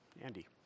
Andy